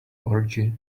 orgy